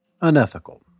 unethical